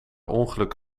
ongeluk